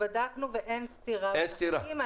בדקנו ואין סתירה בין החוקים.